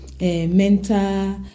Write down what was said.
mental